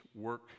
work